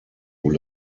who